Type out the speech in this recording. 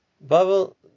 Babel